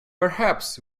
perhaps